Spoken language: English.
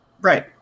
right